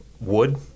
wood